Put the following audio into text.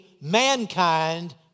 mankind